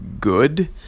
good